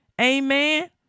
Amen